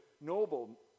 Noble